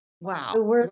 Wow